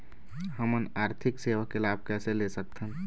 हमन आरथिक सेवा के लाभ कैसे ले सकथन?